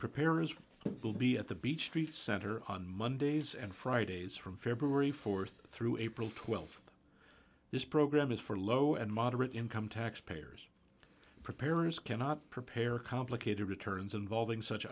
preparers will be at the beach street center on mondays and fridays from february th through april th this program is for low and moderate income tax payers preparers cannot prepare complicated returns involving such